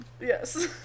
Yes